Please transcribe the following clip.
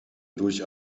durch